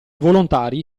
volontari